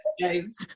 James